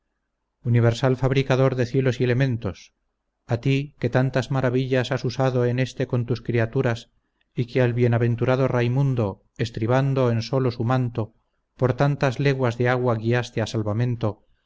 universal fabricador de cielos y elementos a ti que tantas maravillas has usado en este con tus criaturas y que al bienaventurado raymundo estribando en solo su manto por tantas leguas de agua guiaste a salvamento